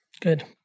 Good